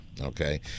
Okay